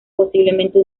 posiblemente